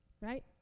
Right